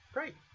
Great